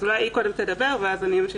אז אולי היא קודם תדבר, ואז אני אמשיך.